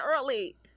early